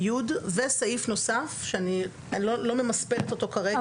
(י) וסעיף נוסף שאני לא ממספרת אותו כרגע,